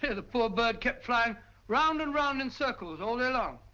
the poor bird kept flying round and round in circles all day long.